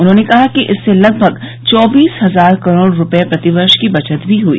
उन्होंने कहा कि इससे लगमग चौबीस हजार करोड़ रूपये प्रतिवर्ष की बचत भी हई